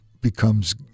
becomes